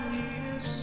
years